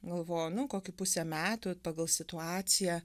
galvoju nu kokį pusę metų pagal situaciją